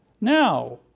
Now